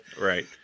Right